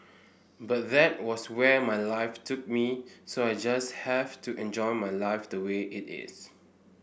but that was where my life took me so I just have to enjoy my life the way it is